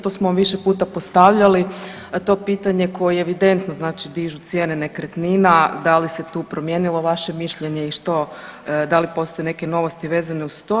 To smo vam više puta postavljali to pitanje koje evidentno znači dižu cijene nekretnina da li se tu promijenilo vaše mišljenje i što, da li postoje neke novosti vezane uz to.